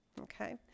Okay